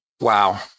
Wow